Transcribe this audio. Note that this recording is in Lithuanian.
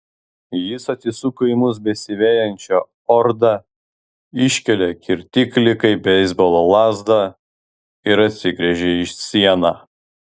jis atsisuko į mus besivejančią ordą iškėlė kirtiklį kaip beisbolo lazdą ir atsigręžė į sieną